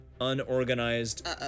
unorganized